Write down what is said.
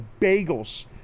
bagels